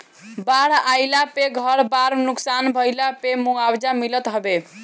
बाढ़ आईला पे घर बार नुकसान भइला पअ मुआवजा मिलत हवे